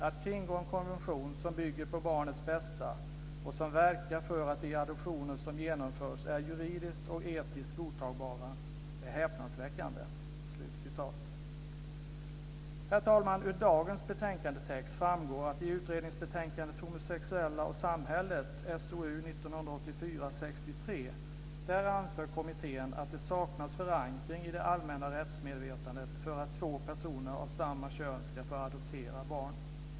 Att kringgå en konvention som bygger på 'barnets bästa' och som verkar för att de adoptioner som genomförs är juridiskt och etiskt godtagbara är häpnadsväckande." Herr talman! Ur dagens betänkandetext framgår att kommittén i utredningsbetänkandet Homosexuella och samhället, SOU 1984:63, anför att det saknas förankring i det allmänna rättsmedvetandet för att två personer av samma kön ska få adoptera barn.